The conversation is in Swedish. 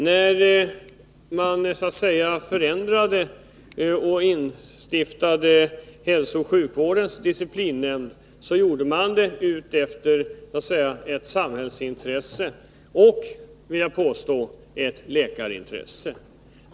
När man instiftade hälsooch sjukvårdens disciplinnämnd gjorde man detta för att tillmötesgå ett samhällsintresse och, vill jag påstå, också ett läkarintresse.